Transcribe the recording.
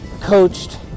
coached